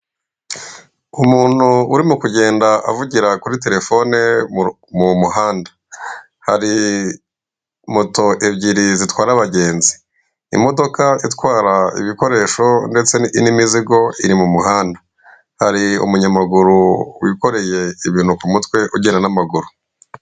Umuntu urimo kugenda avugira kuri terefonemu muhanda, hari moto ebyiri zitwara abagenzi, imodoka itwara ibikoresho ndetse n'imizigo iri mu muhanda. Hari umunyamaguru wikoreye ibintu ku mutwe ugenda n'amaguru.